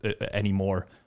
anymore